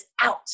out